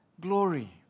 glory